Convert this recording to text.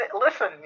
Listen